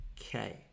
Okay